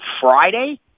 Friday